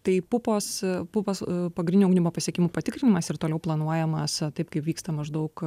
tai pupos pupas pagrynių ugdymo pasiekimų patikrinimas ir toliau planuojamas taip kaip vyksta maždaug